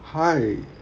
hi